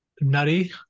Nutty